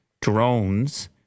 drones